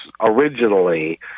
originally